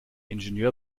ingenieur